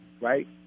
right